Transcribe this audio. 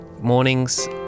mornings